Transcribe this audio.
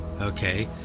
okay